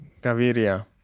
Gaviria